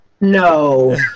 no